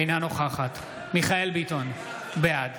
אינה נוכחת מיכאל מרדכי ביטון, בעד